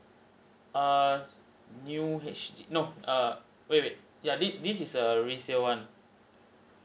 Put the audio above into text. err new H_D no err wait wait yeah this this is a resale one